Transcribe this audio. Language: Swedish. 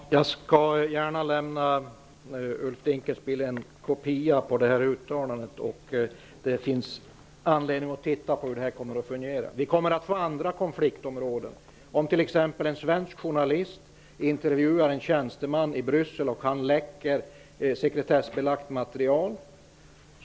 Fru talman! Jag skall gärna lämna Ulf Dinkelspiel en kopia på uttalandet. Det finns anledning att titta på hur det här kommer att fungera. Vi kommer att få andra konfliktområden. Anta att en svensk journalist intervjuar en tjänsteman i Bryssel och denne läcker sekretessbelagt material.